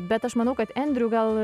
bet aš manau kad andrew gal